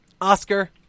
Oscar